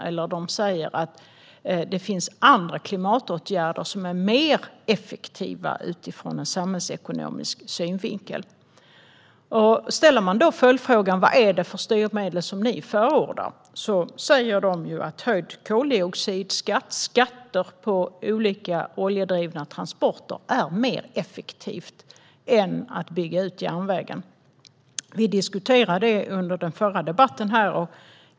I stället finns det andra klimatåtgärder som är mer effektiva utifrån en samhällsekonomisk synvinkel. Ställer man då följdfrågan vad det är för styrmedel som de förordar säger de att höjd koldioxidskatt och skatter på oljedrivna transporter är mer effektivt än att bygga ut järnvägen. Vi diskuterade detta under den förra debatten här i kammaren.